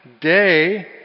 day